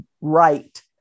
right